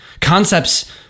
Concepts